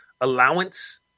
allowance